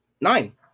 nine